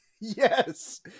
Yes